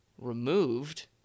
removed